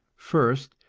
first,